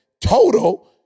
total